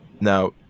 Now